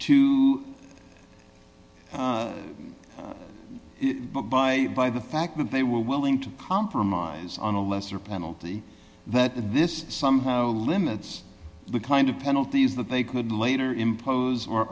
to by by the fact that they were willing to compromise on a lesser penalty that this somehow limits the kind of penalties that they could later impose or